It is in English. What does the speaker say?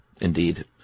Indeed